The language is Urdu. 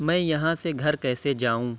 میں یہاں سے گھر کیسے جاؤں